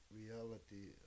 reality